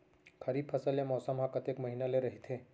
खरीफ फसल या मौसम हा कतेक महिना ले रहिथे?